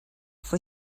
for